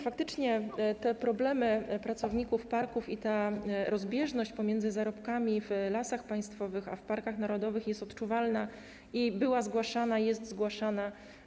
Faktycznie te problemy pracowników parków i ta rozbieżność pomiędzy zarobkami w Lasach Państwowych a w parkach narodowych jest odczuwalna, była zgłaszana i jest zgłaszana.